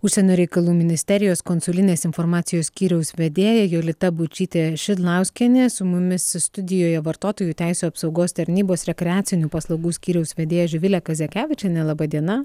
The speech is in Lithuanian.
užsienio reikalų ministerijos konsulinės informacijos skyriaus vedėja jolita būčytė šidlauskienė su mumis studijoje vartotojų teisių apsaugos tarnybos rekreacinių paslaugų skyriaus vedėja živilė kazakevičienė laba diena